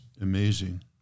amazing